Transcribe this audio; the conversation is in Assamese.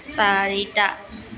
চাৰিটা